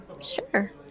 Sure